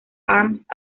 arms